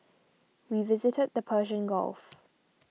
we visited the Persian Gulf